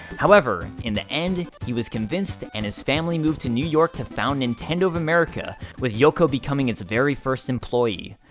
however, in the end, he was convinced, and his family moved to new york to found nintendo of america with yoko becoming its very first employee.